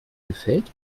gefällt